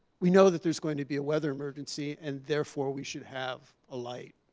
we know that there's going to be a weather emergency, and therefore we should have a light,